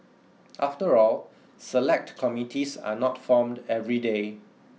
after all Select Committees are not formed every day